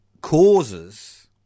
causes